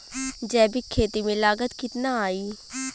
जैविक खेती में लागत कितना आई?